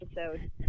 episode